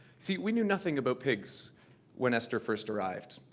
see, we knew nothing about pigs when esther first arrived,